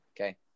Okay